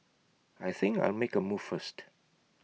I think I'll make A move first